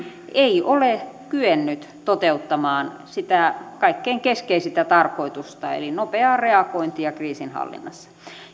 ei ole kyennyt toteuttamaan sitä kaikkein keskeisintä tarkoitustaan eli nopeaa reagointia kriisinhallinnassa